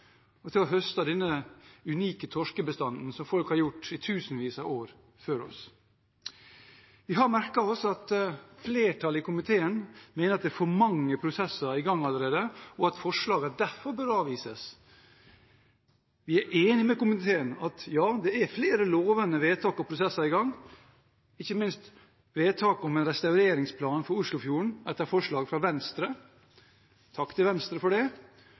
og til å høste denne unike torskebestanden, som folk har gjort i tusenvis av år før oss. Vi har merket oss at flertallet i komiteen mener det er for mange prosesser i gang allerede, og at forslagene derfor bør avvises. Vi er enige med komiteen – ja, det er flere lovende vedtak og prosesser i gang, ikke minst vedtak om en restaureringsplan for Oslofjorden, etter forslag fra Venstre. Takk til Venstre for det!